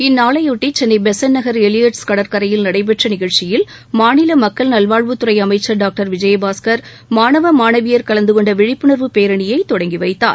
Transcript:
இந்நாளையொட்டி சென்னை பெசன்ட்நகர் எலியட்ஸ் கடற்கரையில் நடைபெற்ற நிகழ்ச்சியில் மாநில மக்கள் நல்வாழ்வுத்துறை அமைச்சர் டாக்டர் விஜயபாஸ்கர் மாணவ மாணவியர் கலந்து கொண்ட விழிப்புணர்வு பேரணி தொடங்கி வைத்தார்